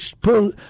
pull